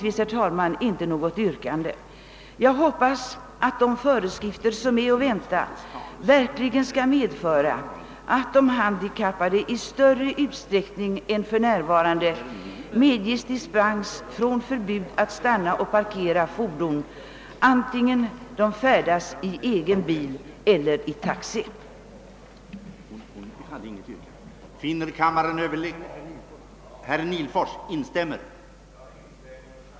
Jag hoppas att de föreskrifter som är att vänta verkligen skall medföra att de handikappade i större utsträckning än för närvarande medges dispens från förbud att stanna och parkera fordon, oavsett om de färdas i egen bil eller i taxi.